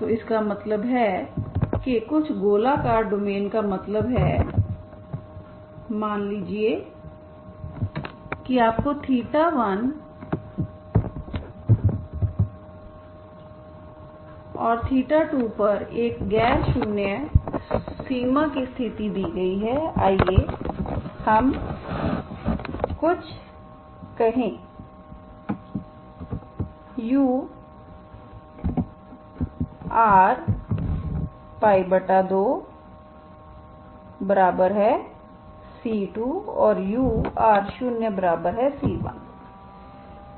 तो इसका मतलब है कि कुछ गोलाकार डोमेन का मतलब है मान लीजिए कि आपको1 और 2 पर एक गैर शून्य सीमा की स्थिति दी गई है आइए हम कुछ कहें ur2c2 और ur0c1